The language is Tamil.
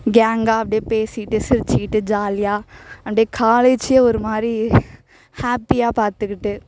கேங்காக அப்படியே பேசிக்கிட்டு சிரிச்சிக்கிட்டு ஜாலியாக அப்படியே காலேஜே ஒருமாதிரி ஹாப்பியாக பார்த்துக்கிட்டு